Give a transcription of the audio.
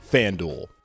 FanDuel